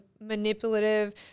manipulative